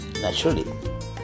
naturally